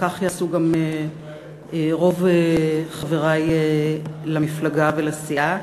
וכך יעשו גם רוב חברי למפלגה ולסיעה,